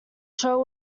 show